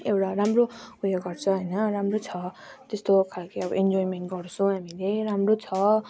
एउटा राम्रो उयो गर्छ होइन राम्रो छ त्यस्तो खाले अब इन्जोयमेन्ट गर्छौँ हामीले राम्रो छ